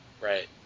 Right